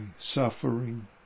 suffering